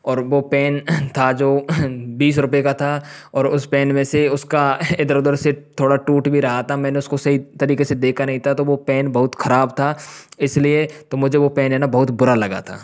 और वो पेन था जो बीस रुपये का था और उस पेन में से उसका इधर उधर से थोड़ा टूट भी रहा था मैंने उसको सही तरीक़े से देखा नहीं था तो वो पेन बहुत ख़राब था इस लिए तो मुझे वो पेन है ना बहुत बुरा लगा था